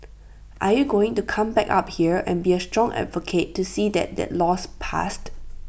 are you going to come back up here and be A strong advocate to see that that law's passed